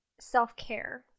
self-care